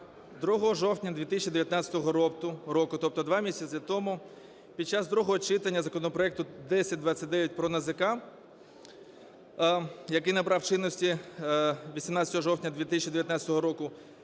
2 жовтня 2019 року, тобто 2 місяці тому під час другого читання законопроекту 1029 про НАЗК, який набрав чинності 18 жовтня 20019 року,